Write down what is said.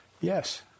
Yes